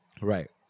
right